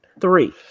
three